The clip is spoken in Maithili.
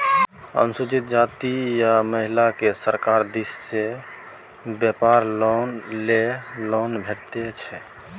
अनुसूचित जाती आ महिलाकेँ सरकार दिस सँ बेपार लेल लोन भेटैत छै